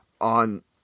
on